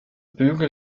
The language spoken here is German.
bügel